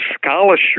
scholarship